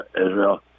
Israel